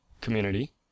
community